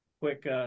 quick